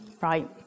Right